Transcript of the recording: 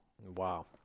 Wow